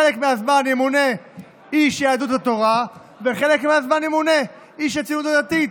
חלק מהזמן ימונה איש יהדות התורה וחלק מהזמן ימונה איש הציונות הדתית,